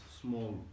small